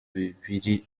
bibiri